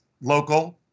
local